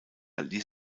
liess